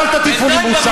אז אל תטיפו לי מוסר.